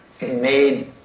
made